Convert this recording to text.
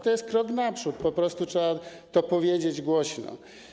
To jest krok naprzód, po prostu trzeba to powiedzieć głośno.